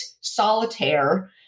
solitaire